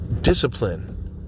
Discipline